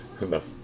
enough